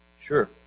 Sure